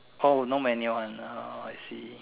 oh no manual one oh I see